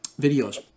videos